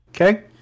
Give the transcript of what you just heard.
Okay